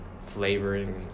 Flavoring